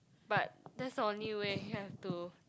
but that's the only way you have to